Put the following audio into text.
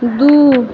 दू